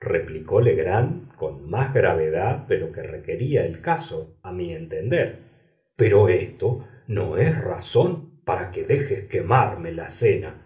replicó legrand con más gravedad de lo que requería el caso a mi entender pero esto no es razón para que dejes quemarse la cena